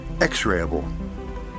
x-rayable